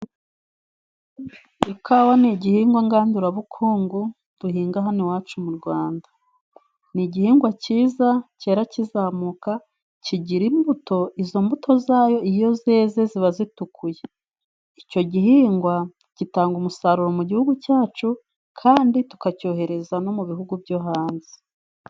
Ikawa ni igihingwa ngandurabukungu duhinga hano iwacu mu Rwanda ,ni igihingwa cyiza cyera kizamuka kigira imbuto, izo mbuto zayo iyo zeze ziba zitukuye, icyo gihingwa gitanga umusaruro mu gihugu cyacu Kandi tukacyohereza no mu bihugu byo hanze.